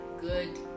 good